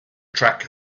track